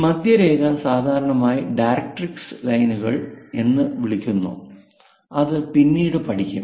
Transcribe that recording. മധ്യരേഖ സാധാരണയായി ഡയറക്ട്രിക്സ് ലൈനുകൾ എന്ന് വിളിക്കുന്നു അത് പിന്നീട് പഠിക്കും